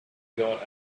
going